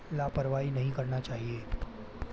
लापरवाही नहीं करना चाहिए